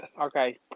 Okay